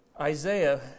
Isaiah